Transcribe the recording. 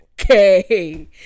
okay